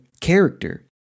character